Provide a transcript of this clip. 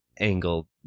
angle